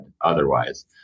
otherwise